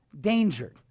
danger